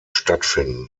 stattfinden